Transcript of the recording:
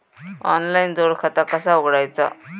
Online जोड खाता कसा उघडायचा?